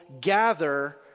gather